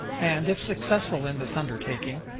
and, if successful in this undertaking,